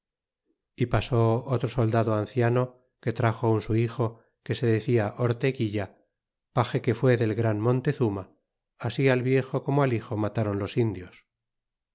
e pasó otro soldado anciano que traxo un su hijo que se decia orteguilla page que fue del gran montezuma así al viejo como al hijo matron los indios